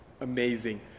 amazing